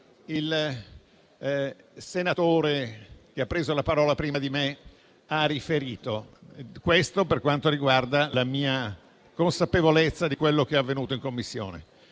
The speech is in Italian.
il senatore che ha preso la parola prima di me ha riferito. Questo per quanto riguarda la mia consapevolezza di ciò che è avvenuto in Commissione.